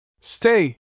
Stay